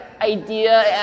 idea